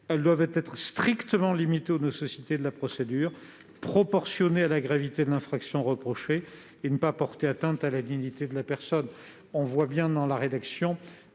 Elles doivent être strictement limitées aux nécessités de la procédure, proportionnées à la gravité de l'infraction reprochée et ne pas porter atteinte à la dignité de la personne. » Nous voyons bien, dans cette rédaction,